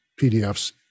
PDFs